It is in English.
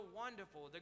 wonderful